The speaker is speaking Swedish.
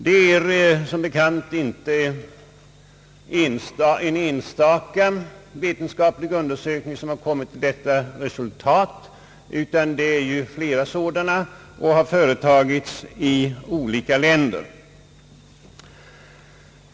Det är som bekant inte en enstaka vetenskaplig undersökning som har kommit till detta resultat utan det är flera sådana, som har företagits i olika länder.